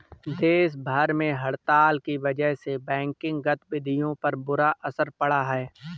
देश भर में हड़ताल की वजह से बैंकिंग गतिविधियों पर बुरा असर पड़ा है